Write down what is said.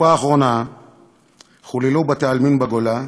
בתקופה האחרונה חוללו בתי-עלמין בגולה,